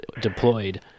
deployed